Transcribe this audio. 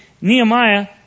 Nehemiah